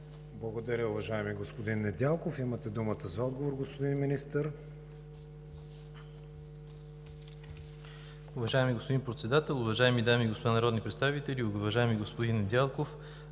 Благодаря, уважаеми господин Недялков. Имате думата за отговор, господин Министър. МИНИСТЪР НЕНО ДИМОВ: Уважаеми господин Председател, уважаеми дами и господа народни представители! Уважаеми господин Недялков,